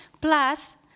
plus